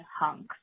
hunks